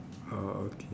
oh okay